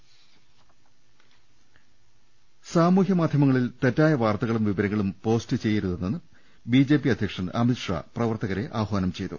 രു ൽ സാമൂഹ്യ മാധ്യമങ്ങളിൽ തെറ്റായ വാർത്തകളും വിവരങ്ങളും പോസ്റ്റ് ചെയ്യരുതെന്ന് ബി ജെ പി അധ്യക്ഷൻ അമിത് ഷാ പ്രവർത്ത കരെ ആഹ്വാനം ചെയ്തു